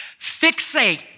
Fixate